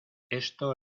esto